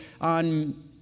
on